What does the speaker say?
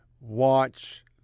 watch